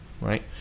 right